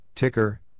Ticker